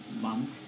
month